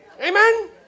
Amen